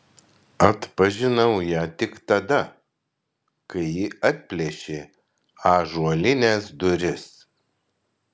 atpažinau ją tik tada kai ji atplėšė ąžuolines duris